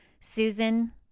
Susan